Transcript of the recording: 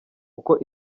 uko